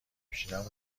پوشیدن